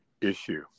Issue